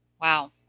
Wow